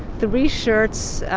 three shirts.